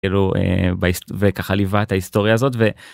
כאילו, וככה ליווה את ההיסטוריה הזאת.